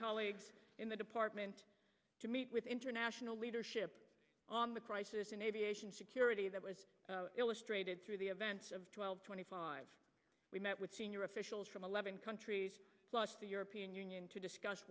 colleagues in the department to meet with international leadership on the crisis in aviation security that was illustrated through the events of twelve twenty five we met with senior officials from eleven countries plus the european union to discuss